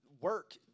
work